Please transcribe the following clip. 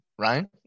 Ryan